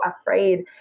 afraid